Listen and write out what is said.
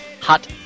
hot